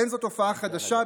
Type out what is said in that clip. אין זו תופעה חדשה.